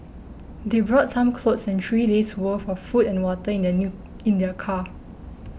they brought some clothes and three days' worth of food and water in their new in their car